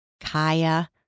Kaya